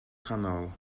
canol